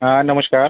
हां नमस्कार